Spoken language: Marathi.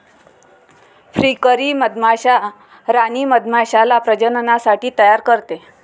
फ्रीकरी मधमाश्या राणी मधमाश्याला प्रजननासाठी तयार करते